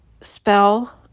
spell